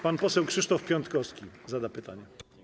Pan poseł Krzysztof Piątkowski zada pytanie.